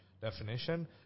definition